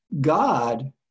God